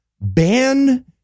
ban